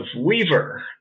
Weaver